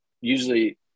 usually